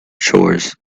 chores